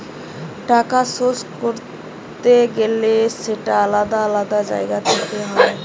টাকার সোর্স করতে গেলে সেটা আলাদা আলাদা জায়গা থেকে হয়